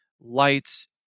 Lights